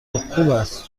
است